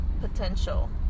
potential